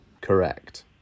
Correct